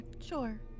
sure